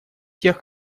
тех